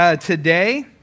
today